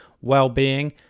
well-being